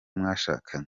mwashakanye